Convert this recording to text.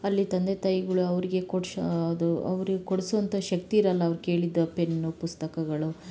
ಅಲ್ಲಿ ತಂದೆ ತಾಯಿಗಳು ಅವರಿಗೆ ಕೊಡ್ಸ ಅದು ಅವ್ರಿಗೆ ಕೊಡ್ಸುವಂಥ ಶಕ್ತಿ ಇರೋಲ್ಲ ಅವ್ರು ಕೇಳಿದ ಪೆನ್ನು ಪುಸ್ತಕಗಳು